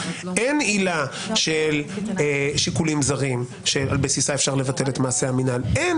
אין עילה של שיקולים זרים שעל בסיסה אפשר לבטל את מעשה המינהל אין